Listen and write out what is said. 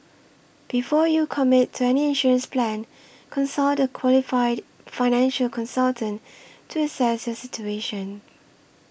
before you commit to any insurance plan consult a qualified financial consultant to assess your situation